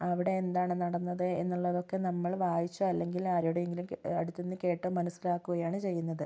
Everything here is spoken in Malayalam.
അവിടെ എന്താണ് നടന്നത് എന്നുള്ളതൊക്കെ നമ്മൾ വായിച്ചോ അല്ലെങ്കി ൽ ആരുടെയെങ്കിലും അടുത്തു നിന്ന് കേട്ടോ മനസ്സിലാക്കുകയാണ് ചെയ്യുന്നത്